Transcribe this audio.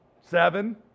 Seven